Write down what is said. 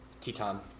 Teton